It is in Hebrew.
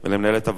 ולמנהלת הוועדה,